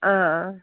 آ آ